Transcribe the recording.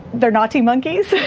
they're naughty monkeys.